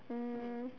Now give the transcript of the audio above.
um